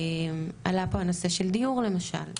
עלה פה הנושא של דיור למשל,